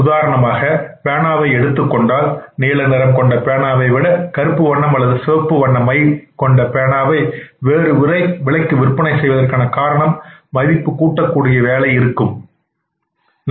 உதாரணமாக பேனாவை எடுத்துக்கொண்டால் நீல நிறம் கொண்ட பேனாவை விட கருப்பு வண்ண அல்லது சிவப்பு வண்ண மை கொண்ட பேனாவை வேறு விலைக்கு விற்பனை செய்வதற்கான காரணம் மதிப்புக்கூட்டக்கூடிய வேலை இருக்க வேண்டும்